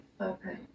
okay